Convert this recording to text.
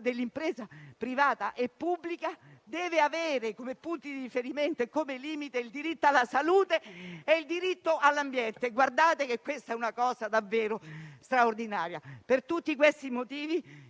dell'impresa privata e pubblica deve avere come punti di riferimento e come limite il diritto alla salute e il diritto all'ambiente. Questa è una cosa davvero straordinaria. Per tutti questi motivi,